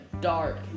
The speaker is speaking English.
dark